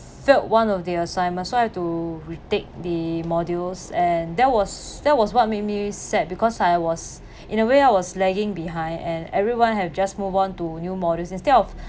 failed one of the assignment so I have to retake the modules and that was that was what made me sad because I was in a way I was lagging behind and everyone have just move on to new modules instead of